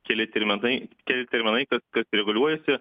keli terminai keli terminai kas kas reguliuojasi